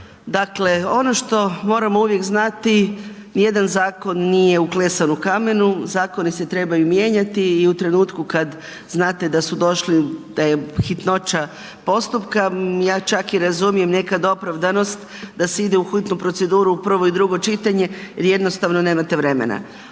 Dakle, ono što moramo uvijek znati ni jedan zakon nije uklesan u kamenu, zakoni se trebaju mijenjati i u trenutku kad znate da su došli, da je hitnoća postupka ja čak i razumijem nekad opravdanost da se ide u hitnu proceduru u prvo i drugo čitanje jer jednostavno nemate vremena.